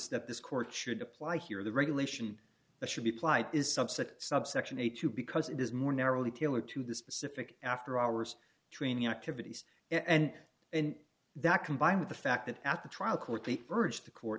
step this court should apply here the regulation should be applied is subject subsection eight to because it is more narrowly tailored to the specific after hours training activities and and that combined with the fact that at the trial court